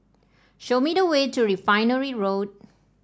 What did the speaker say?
show me the way to Refinery Road